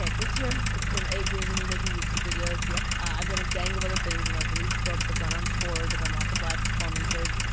and this year, it's been eight years of and me making youtube videos. yeah i've done a gang of other things. and i've released books. i've gone on tours. i've done lots of live performances.